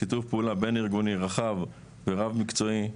שיתוף פעולה בין-ארגוני רחב ורב מקצועי.